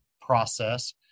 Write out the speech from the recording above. process